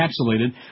encapsulated